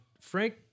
Frank